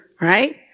right